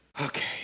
Okay